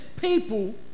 people